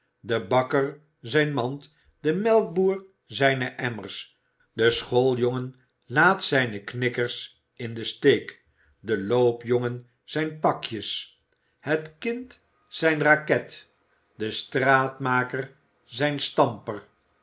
de bakker zijn mand de melkboer zijne emmers de schooljongen laat zijne knikkers in den steek de loopjongen zijne pakjes het kind zijn raket de straatmaker zijn stamper